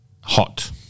Hot